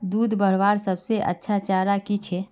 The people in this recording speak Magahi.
दूध बढ़वार सबसे अच्छा चारा की छे?